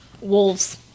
Wolves